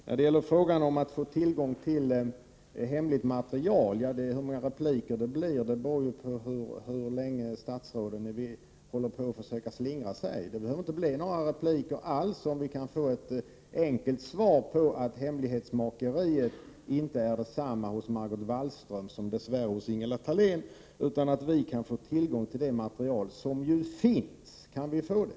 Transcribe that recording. När det gäller frågan om att få tillgång till hemligt material beror antalet inlägg på hur länge statsråden fortsätter att försöka slingra sig. Det behöver inte bli några inlägg alls, om vi kan få ett enkelt svar om att hemlighetsmakeriet inte är detsamma hos Margot Wallström som det dess värre är hos Ingela Thalén, utan att vi kan få tillgång till det material som ju finns. Kan vi få det?